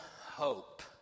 hope